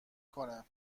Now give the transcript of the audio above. کنه